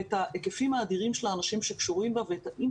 את ההיקפים האדירים של האנשים שקשורים בה,